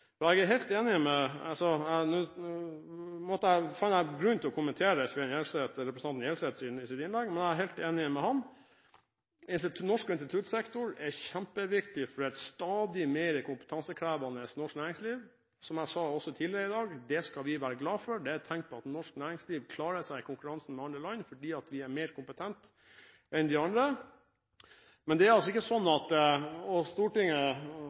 Norsk instituttsektor er kjempeviktig for et stadig mer kompetansekrevende norsk næringsliv. Og som jeg også sa tidligere i dag: Det skal vi være glad for, for det er et tegn på at norsk næringsliv klarer seg i konkurransen med andre land fordi vi er mer kompetente enn de andre. Men det er altså ikke sånn at de instituttene vi på Stortinget – og Stortinget